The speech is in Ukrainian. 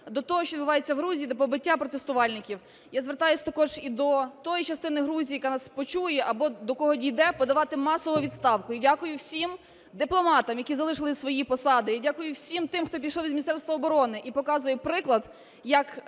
до того, що відбувається в Грузії, до побиття протестувальників. Я звертаюся також і до тої частини Грузії, яка нас почує або до кого дійде, подавати масово у відставку. Я дякую всім дипломатам, які залишили свої посади. Я дякую всім тим, хто пішли з Міністерства оборони і показують приклад, як